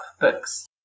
books